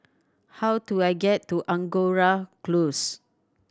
how do I get to Angora Close